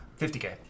50k